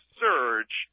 surge